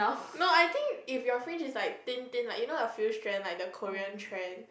no I think if your friend is like thin thin like you know the friend trend like the Korean trend